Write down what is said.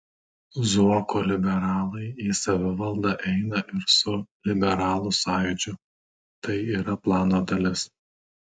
zuoko liberalai į savivaldą eina ir su liberalų sąjūdžiu tai yra plano dalis